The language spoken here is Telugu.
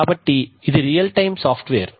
కాబట్టి ఇది రియల్ టైమ్ సాఫ్ట్ వేర్